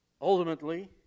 Ultimately